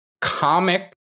comic